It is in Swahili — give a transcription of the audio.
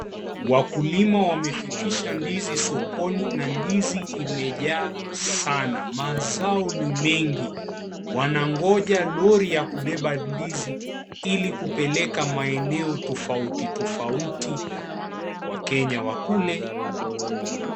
Wakulima wamefikisha ndizi sokoni na ndizi imejaa sana, mazao ni mengi wanangoja lori ya kubeba ndizi ili kupeleka maeneo tofauti tofauti wakenya wakule.